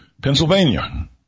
Pennsylvania